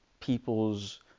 People's